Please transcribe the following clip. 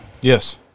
Yes